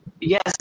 yes